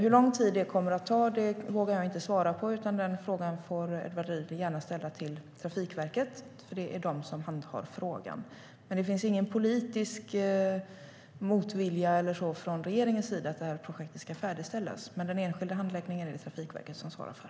Hur lång tid det kommer att ta vågar jag inte svara på. Den frågan får Edward Riedl gärna ställa till Trafikverket, för det är de som handhar den. Det finns ingen politisk motvilja eller liknande från regeringens sida mot att projektet ska färdigställas, men handläggningen svarar Trafikverket för.